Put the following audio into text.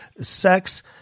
sex